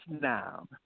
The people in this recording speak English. now